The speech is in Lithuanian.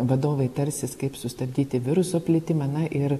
vadovai tarsis kaip sustabdyti viruso plitimą na ir